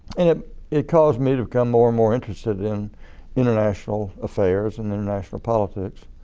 and it it caused me to become more and more interested in international affairs and international politics.